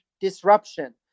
disruption